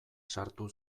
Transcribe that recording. sartu